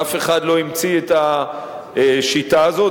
ואף אחד לא המציא את השיטה הזאת.